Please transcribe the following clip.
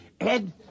Ed